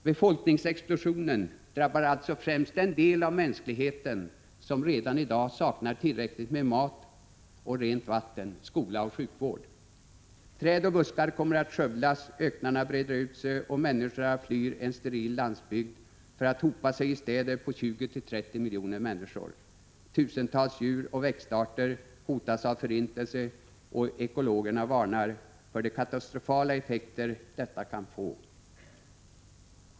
Befolkningsexplosionen drabbar alltså främst den del av mänskligheten som redan i dag saknar tillräckligt med mat och rent vatten, skola och sjukvård. Träd och buskar kommer att skövlas, öknarna breder ut sig och människorna flyr en steril landsbygd för att hopa sig i städer på 20-30 miljoner människor. Tusentals djuroch växtarter hotas av undergång, och ekologerna varnar för de katastrofala effekter detta kan få.